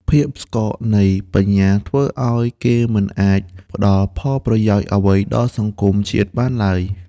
ភាពស្កកនៃបញ្ញាធ្វើឱ្យគេមិនអាចផ្ដល់ផលប្រយោជន៍អ្វីដល់សង្គមជាតិបានឡើយ។